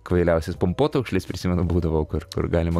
kvailiausias pumpotaukšlis prisimenu būdavo kur kur galima